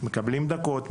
מקבלים דקות,